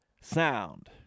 sound